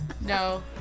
No